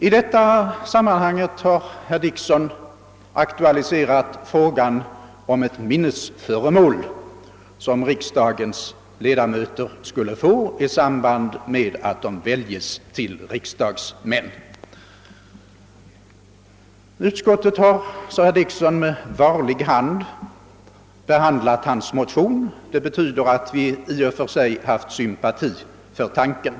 I detta sammanhang har herr Dickson aktualiserat frågan om ett minnesföremål som riksdagens ledamöter skulle få i samband med att de väljes till riksdagsmän. Utskottet har, sade herr Dickson, med varlig hand behandlat hans motion. Det betyder att vi i och för sig haft sympati för tanken.